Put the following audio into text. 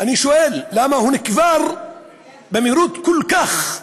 אני שואל: למה הוא נקבר במהירות כל כך רבה,